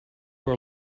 our